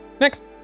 Next